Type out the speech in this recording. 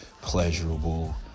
pleasurable